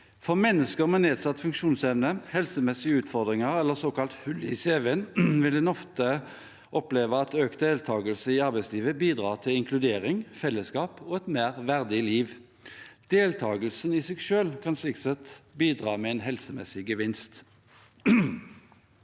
Mennesker med nedsatt funksjonsevne, helsemessige utfordringer eller såkalt hull i cv-en vil ofte oppleve at økt deltakelse i arbeidslivet bidrar til inkludering, fellesskap og et mer verdig liv. Deltakelsen i seg selv kan slik sett bidra med en helsemessig gevinst.